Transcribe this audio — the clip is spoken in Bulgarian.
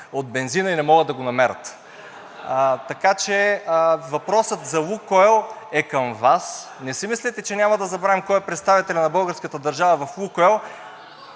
от бензина и не могат да го намерят. Така че въпросът за „Лукойл“ е към Вас. Не си мислете, че ще забравим кой е представителят на българската държава в „Лукойл“,